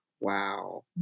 wow